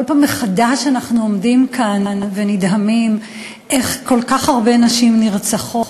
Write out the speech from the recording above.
כל פעם מחדש אנחנו עומדים כאן ונדהמים איך כל כך הרבה נשים נרצחות,